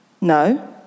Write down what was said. No